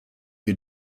you